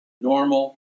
normal